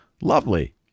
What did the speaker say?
Lovely